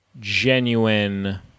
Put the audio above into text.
genuine